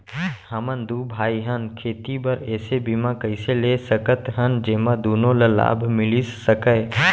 हमन दू भाई हन ता खेती बर ऐसे बीमा कइसे ले सकत हन जेमा दूनो ला लाभ मिलिस सकए?